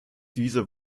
diese